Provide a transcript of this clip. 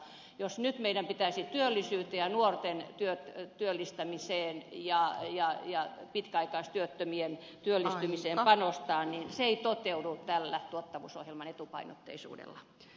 jos meidän nyt pitäisi työllisyyteen ja nuorten työllistämiseen ja pitkäaikaistyöttömien työllistymiseen panostaa niin se ei toteudu tällä tuottavuusohjelman etupainotteisuudella